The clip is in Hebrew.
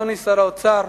אדוני שר האוצר,